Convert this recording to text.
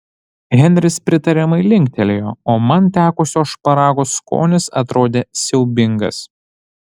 henris pritariamai linktelėjo o man tekusio šparago skonis atrodė siaubingas